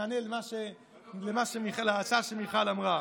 נענה להצעה שמיכל העלתה.